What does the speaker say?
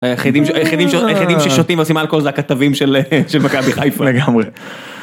היחידים ששותים ועושים אלכוהול זה הכתבים של מכבי חיפה לגמרי.